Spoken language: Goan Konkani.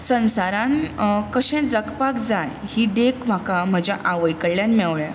संवसारांत कशें जगपाक जाय ही देख म्हाका म्हज्या आवय कडल्यान मेळ्ळ्या